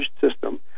system